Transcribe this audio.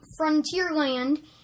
Frontierland